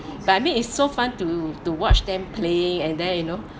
but I mean is so fun to to watch them playing and they you know